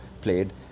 played